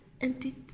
empty